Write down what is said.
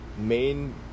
main